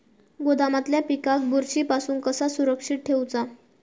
गोदामातल्या पिकाक बुरशी पासून कसा सुरक्षित ठेऊचा?